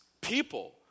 people